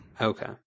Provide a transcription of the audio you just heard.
Okay